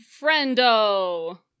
Friendo